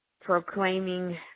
proclaiming